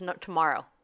tomorrow